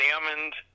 examined